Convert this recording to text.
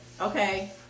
Okay